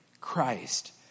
Christ